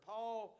Paul